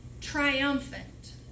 triumphant